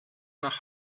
nach